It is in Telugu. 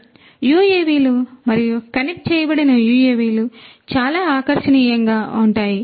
కాబట్టి యుఎవిలు మరియు కనెక్ట్ చేయబడిన యుఎవిలు చాలా ఆకర్షణీయంగా ఉంటాయి